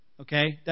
Okay